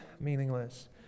meaningless